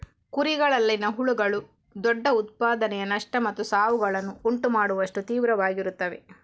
ಕುರಿಗಳಲ್ಲಿನ ಹುಳುಗಳು ದೊಡ್ಡ ಉತ್ಪಾದನೆಯ ನಷ್ಟ ಮತ್ತು ಸಾವುಗಳನ್ನು ಉಂಟು ಮಾಡುವಷ್ಟು ತೀವ್ರವಾಗಿರುತ್ತವೆ